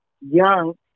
young